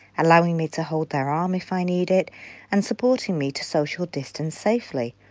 allowing me to hold their arm if i need it and supporting me to social distance safely.